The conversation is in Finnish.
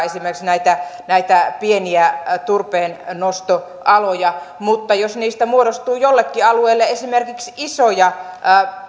esimerkiksi näitä näitä pieniä turpeennostoaloja olisi hyvin harvakseltaan mutta jos niistä muodostuu jollekin alueelle esimerkiksi isoja